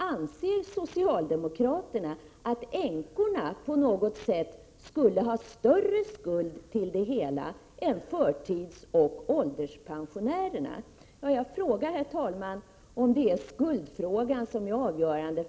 Anser socialdemokraterna att änkorna på något sätt skulle ha större skuld till det hela än förtidsoch ålderspensionärerna? Jag undrar, herr talman, om det är skuldfrågan som är avgörande.